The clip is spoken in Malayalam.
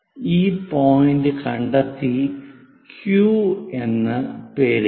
ഈ പോയിന്റ് കണ്ടെത്തി Q എന്ന് പേരിടുക